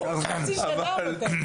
לשאול מה מבחינת המשטרה התפקיד של הבואש.